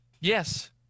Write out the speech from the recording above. Yes